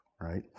right